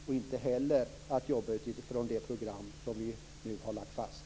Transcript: Vi är inte heller ängsliga att jobba utifrån det program som vi nu har lagt fast.